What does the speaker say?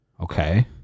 okay